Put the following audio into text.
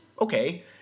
okay